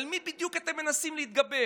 על מי בדיוק אתם מנסים להתגבר?